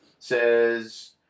Says